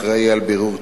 אחראי על בירור תלונות.